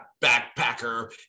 backpacker